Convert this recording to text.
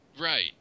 Right